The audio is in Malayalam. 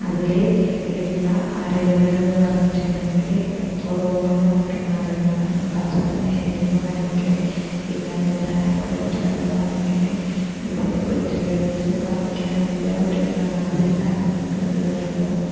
അതിൽ ഉള്ള അറിവുകളെന്ന് പറഞ്ഞിട്ടുണ്ടെങ്കിൽ എപ്പോളും ഓർമ്മ നിൽക്കുന്ന അറിവുകളാണ് പത്രത്തിൻ്റെ ഹെഡിങ് വായിക്കൽ പിന്നെ അതിൻ്റെ താഴെ കൊടുത്തിട്ടുള്ളത് വായിക്കൽ ഇത് കുട്ടികളിലും വായിക്കാനുള്ള ഒരു പ്രവണത ഉണ്ടാക്കുന്നുണ്ട് ദിവസവും